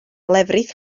lefrith